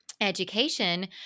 education